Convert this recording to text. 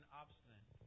obstinate